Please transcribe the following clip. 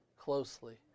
closely